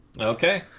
Okay